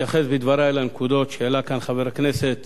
אתייחס בדברי לנקודות שהעלה כאן חבר הכנסת